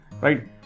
right